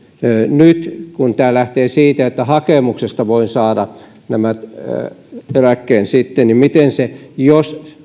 nyt kun tämä lähtee siitä että hakemuksesta voi sitten saada eläkkeen niin paljonko se lisäarvo olisi jos